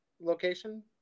location